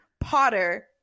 Potter